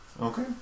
Okay